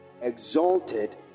exalted